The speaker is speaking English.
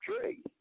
tree